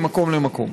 ממקום למקום.